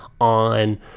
on